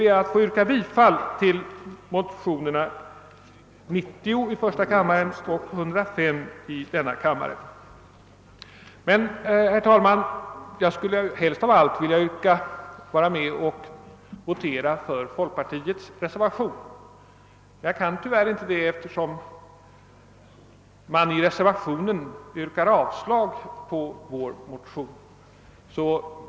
Jag yrkar bifall till motionerna I: 90 och II:105. Helst av allt skulle jag ha velat rösta för folkpartireservationen, men jag kan tyvärr inte göra det eftersom våra motioner avstyrks i reservationen.